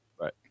Right